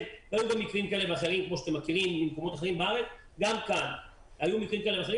במקום וכמו שאתם מכירים ממקומות אחרים היו מקרים כאלה ואחרים